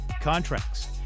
contracts